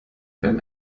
beim